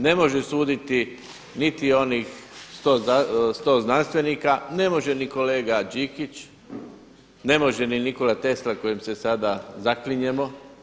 Ne može suditi niti onih 100 znanstvenika, ne može ni kolega Đikić, ne može ni Nikola Tesla kojem se sada zaklinjemo.